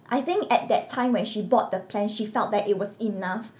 I think at that time when she bought the plan she felt that it was enough